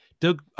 Doug